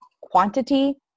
quantity